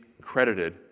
credited